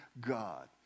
God